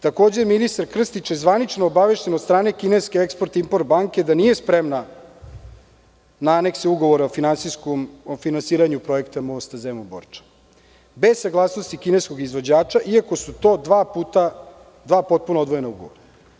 Takođe, ministar Krstić je zvanično obavešten od strane kineske Eksport-Import banke da nije spremna na anekse ugovora o finansiranju projekta mosta Zemun-Borča, bez saglasnosti kineskog izvođača, iako su to dva potpuno odvojena ugovora.